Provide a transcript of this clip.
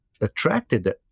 attracted